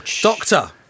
Doctor